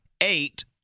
eight